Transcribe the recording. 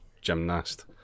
Gymnast